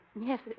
Yes